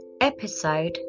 Episode